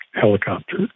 helicopter